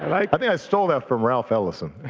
like i think i stole that from ralph ellison.